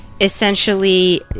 Essentially